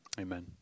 amen